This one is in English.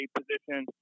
position